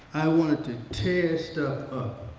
i wanted to tear stuff up.